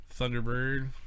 Thunderbird